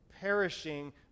perishing